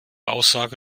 aussage